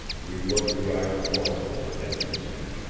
we looked the iron horse over enviously.